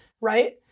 right